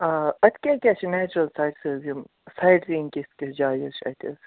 آ اَتہِ کیٛاہ کیٛاہ چھِ نیچرَل سایٹٕز حظ یِم فرایٹرِنٛگ کِژھ کِژھ جایہِ حظ چھِ اَتہِ حظ